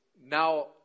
now